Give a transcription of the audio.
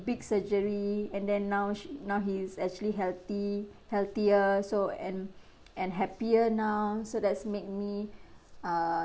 big surgery and then now she now he is actually healthy healthier so and and happier now so that's make me uh